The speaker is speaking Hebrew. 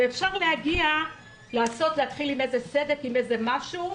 ואפשר להתחיל עם איזה סדק, עם משהו,